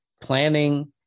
planning